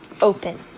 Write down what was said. open